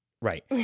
Right